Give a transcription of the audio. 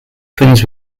twins